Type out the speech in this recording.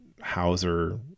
Hauser